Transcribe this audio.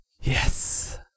Yes